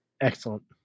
excellent